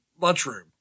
lunchroom